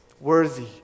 worthy